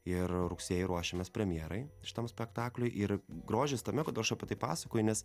ir rugsėjį ruošiamės premjerai šitam spektakliui ir grožis tame kad aš apie tai pasakoju nes